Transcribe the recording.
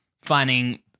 finding